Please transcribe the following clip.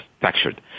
textured